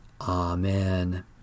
Amen